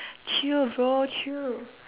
chill bro chill